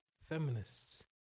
feminists